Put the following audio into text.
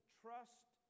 trust